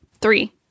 three